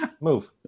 Move